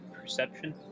perception